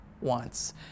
wants